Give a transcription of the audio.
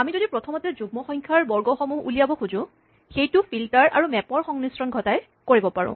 আমি যদি প্ৰথমতে যুগ্ম সংখ্যাৰ বৰ্গসমূহ উলিয়াব খোজো সেইটো ফিল্টাৰ আৰু মেপৰ সংমিশ্ৰণ ঘটাই কৰিব পাৰি